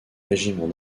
régiment